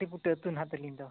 ᱦᱟᱺᱰᱤ ᱠᱩᱴᱟᱹ ᱟᱛᱳ ᱛᱟᱹᱞᱤᱧ ᱫᱚ